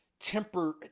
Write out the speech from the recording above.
temper